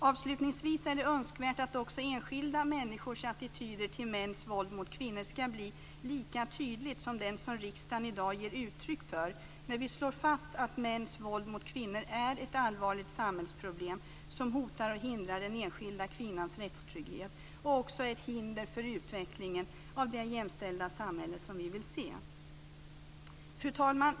Det är önskvärt att också enskilda människors attityder till mäns våld mot kvinnor blir lika tydligt som den attityd som riksdagen i dag ger uttryck för när vi slår fast att mäns våld mot kvinnor är ett allvarligt samhällsproblem som hotar och hindrar den enskilda kvinnans rättstrygghet och också är ett hinder för utvecklingen av det jämställda samhälle som vi vill se. Fru talman!